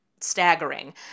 staggering